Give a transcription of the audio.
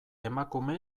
emakume